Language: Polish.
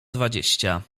dwadzieścia